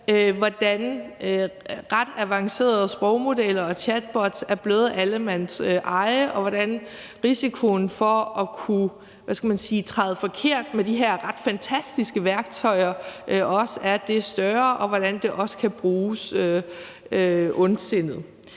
hvordan ret avancerede sprogmodeller og chatbots er blevet allemandseje, hvordan risikoen for at træde forkert med de her ret fantastiske værktøjer også er det større, og hvordan det også kan bruges ondsindet.